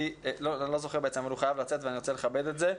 הוא חייב לצאת ואני רוצה לכבד את זה.